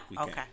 Okay